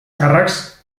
càrrecs